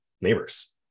neighbors